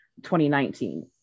2019